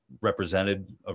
represented